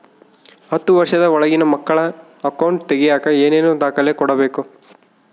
ಹತ್ತುವಷ೯ದ ಒಳಗಿನ ಮಕ್ಕಳ ಅಕೌಂಟ್ ತಗಿಯಾಕ ಏನೇನು ದಾಖಲೆ ಕೊಡಬೇಕು?